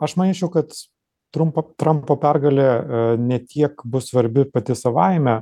aš manyčiau kad trumpo trampo pergalė ne tiek bus svarbi pati savaime